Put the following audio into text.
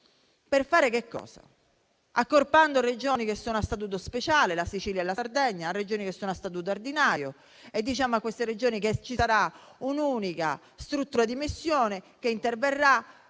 Per fare che cosa? Accorpando Regioni che sono a statuto speciale (la Sicilia e la Sardegna) a Regioni che sono a statuto ordinari, diciamo loro che ci sarà un'unica struttura di missione che interverrà,